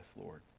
Lord